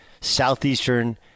Southeastern